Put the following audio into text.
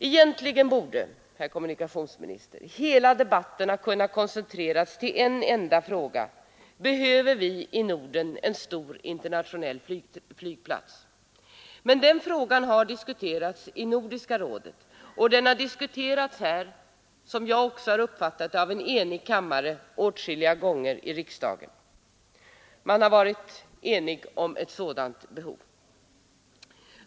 Egentligen borde, herr kommunikationsminister, hela debatten ha kunnat koncentreras till en enda fråga: Behöver vi i Norden en stor internationell flygplats? Den frågan har diskuterats i Nordiska rådet, och den har åtskilliga gånger diskuterats av, som jag uppfattat det, en enig riksdag. Man har alltså varit enig om behovet härvidlag.